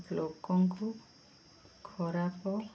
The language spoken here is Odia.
ଲୋକଙ୍କୁ ଖରାପ